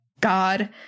God